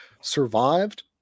survived